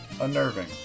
unnerving